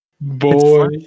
Boy